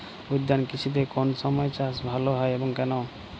উদ্যান কৃষিতে কোন সময় চাষ ভালো হয় এবং কেনো?